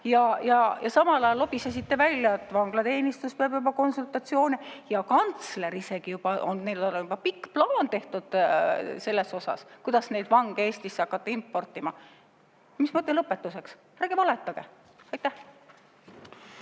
Ja samal ajal lobisesite välja, et vanglateenistus peab juba konsultatsioone, ja kantsler on juba isegi [öelnud], et neil on pikk plaan tehtud selles osas, kuidas neid vange Eestisse hakata importima. Mis ma ütlen lõpetuseks: ärge valetage! Aitäh!